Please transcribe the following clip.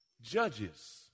Judges